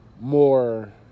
more